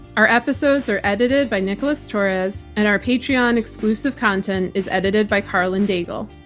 our episodes are edited by nicholas torres and our patreon exclusive content is edited by karlyn daigle.